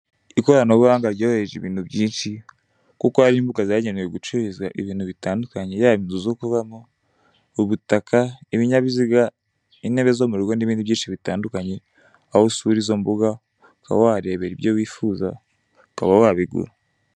Ikoranabuhanga ryorohereje ibintu byinshi, kuko hari imbuga zagenewe gucururizwa ibintu bitandukanye yaba inzu zo kubamo, ubutaka, ibinyabiziga, intebe zo mu rugo n'ibindi byinshi bitandukanye, aho usura izo mbuga, ukaba waharebera ibyo wifuza, ukaba wabigura.